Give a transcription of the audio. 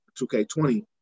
2K20